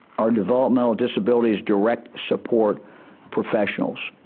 our developmental disabilities direct support professionals.